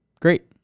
great